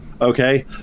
Okay